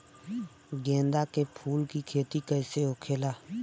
गेंदा के फूल की खेती कैसे होखेला?